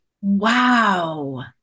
Wow